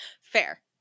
Fair